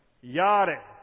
Yare